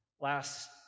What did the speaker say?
Last